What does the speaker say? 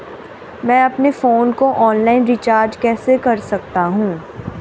मैं अपने फोन को ऑनलाइन रीचार्ज कैसे कर सकता हूं?